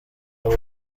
abo